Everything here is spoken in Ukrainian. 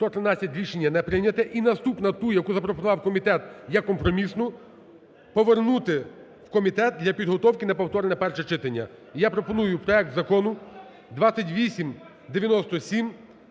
Рішення не прийнято. І наступна, ту, яку запропонував комітет, є компромісною – повернути в комітет для підготовки на повторне перше читання. Я пропоную проект Закону 2897